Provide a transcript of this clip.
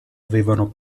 avevano